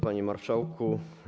Panie Marszałku!